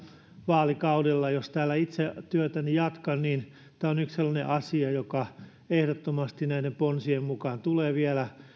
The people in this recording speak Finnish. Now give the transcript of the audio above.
vaalikaudella jos täällä itse työtäni jatkan tämä on yksi sellainen asia joka ehdottomasti näiden ponsien mukaan tulee vielä